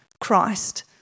Christ